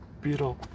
beetle